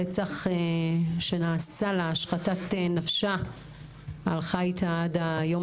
הרצח שנעשה לה השחתת נפשה הלכה איתה עד היום